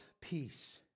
peace